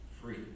free